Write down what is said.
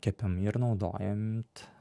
kepami ir naudojant